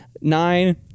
Nine